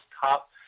top